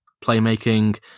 playmaking